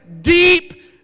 deep